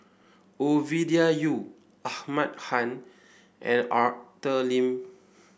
Ovidia Yu Ahmad Khan and Arthur Lim